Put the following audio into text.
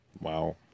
Wow